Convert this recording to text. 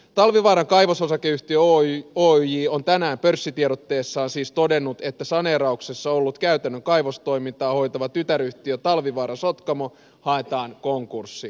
talvivaaran kaivososakeyhtiö oyj on tänään pörssitiedotteessaan siis todennut että saneerauksessa ollut käytännön kaivostoimintaa hoitava tytäryhtiö talvivaara sotkamo haetaan konkurssiin